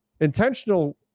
intentional